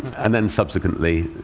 and then subsequently,